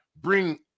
bring